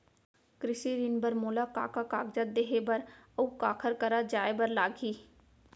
कृषि ऋण बर मोला का का कागजात देहे बर, अऊ काखर करा जाए बर लागही?